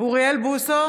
אוריאל בוסו,